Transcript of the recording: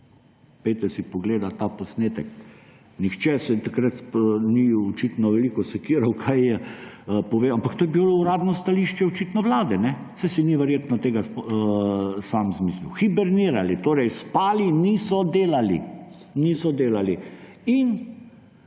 Pojdite si pogledat ta posnetek. Nihče se takrat ni očitno veliko sekiral, kaj je povedal, ampak to je bilo očitno uradno stališče vlade. Saj se ni verjetno tega sam izmislil. Hibernirali, torej spali, niso delali. Posledica